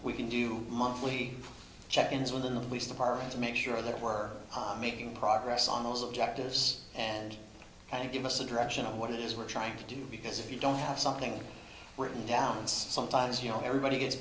we can do monthly check ins with the least department to make sure that we're making progress on those objectives and then you give us a direction on what it is we're trying to do because if you don't have something written down sometimes you know everybody gets